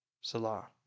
Salah